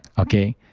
okay?